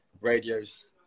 radio's